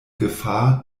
gefahr